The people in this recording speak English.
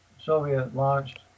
Soviet-launched